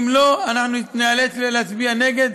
אם לא, אנחנו ניאלץ להצביע נגד.